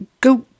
Go